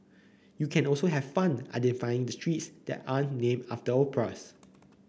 you can also have fun identifying the streets that aren't named after operas